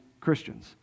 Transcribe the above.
Christians